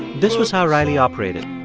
this was how riley operated.